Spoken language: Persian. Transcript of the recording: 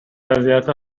وضعیت